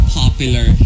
popular